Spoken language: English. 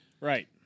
Right